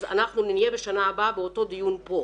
אנחנו נהיה בשנה הבאה באותו דיון כאן